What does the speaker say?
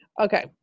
Okay